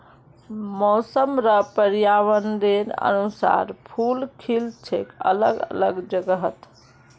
मौसम र पर्यावरनेर अनुसार फूल खिल छेक अलग अलग जगहत